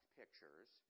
pictures